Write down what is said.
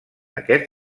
aquest